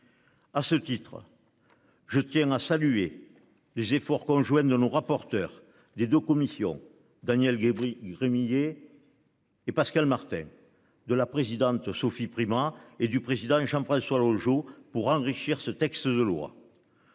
À ce titre. Je tiens à saluer. Les efforts conjoints ne rapporteur des 2 commissions Daniel Gabri Remiller. Et Pascale Martin, de la présidente Sophie Primas et du président et Jean-François Longeot pour enrichir ce texte de loi.